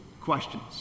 questions